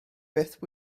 beth